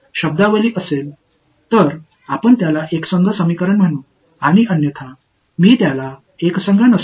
இங்கே இந்த f நன்றாக அறியப்பட்டது இல்லையெனில் நீங்கள் சிக்கலை தீர்க்க முடியாது